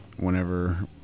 whenever